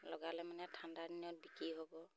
লগালে মানে ঠাণ্ডা দিনত বিকি হ'ব